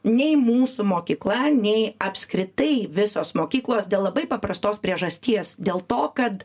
nei mūsų mokykla nei apskritai visos mokyklos dėl labai paprastos priežasties dėl to kad